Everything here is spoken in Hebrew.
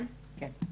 כן?